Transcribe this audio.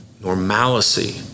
normalcy